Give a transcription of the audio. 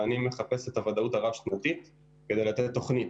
ואני מחפש את הוודאות הרב-שנתית כדי לתת תוכנית.